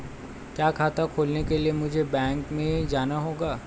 क्या खाता खोलने के लिए मुझे बैंक में जाना होगा?